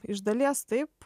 iš dalies taip